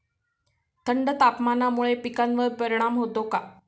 थंड तापमानामुळे पिकांवर परिणाम होतो का?